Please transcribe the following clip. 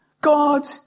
God